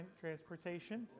transportation